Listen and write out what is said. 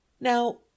now